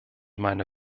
meine